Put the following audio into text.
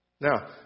Now